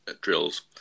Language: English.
drills